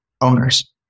owners